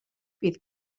bydd